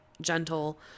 Gentle